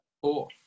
four